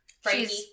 Frankie